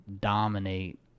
dominate